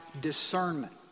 discernment